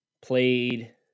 played